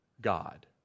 God